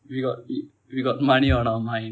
we got we got money on our mind